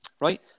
right